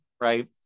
right